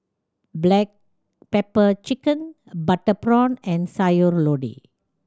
black pepper chicken butter prawn and Sayur Lodeh